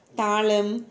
தாளம்:thaalam